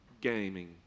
gaming